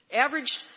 Average